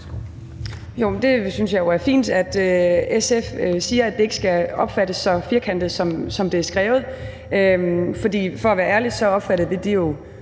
Jeg synes jo, det er fint, at SF siger, at det ikke skal opfattes så firkantet, som det er skrevet. For at være ærlig opfattede vi det jo